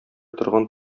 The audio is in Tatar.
торган